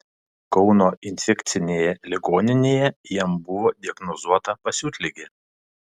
kauno infekcinėje ligoninėje jam buvo diagnozuota pasiutligė